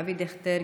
אבי דיכטר,